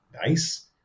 nice